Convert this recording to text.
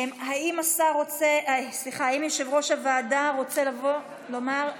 האם יושב-ראש הוועדה רוצה לבוא, לומר?